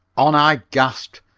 on i gasped,